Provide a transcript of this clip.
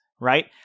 right